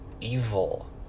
evil